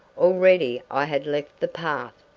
already i had left the path.